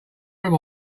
room